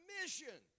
mission